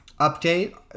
update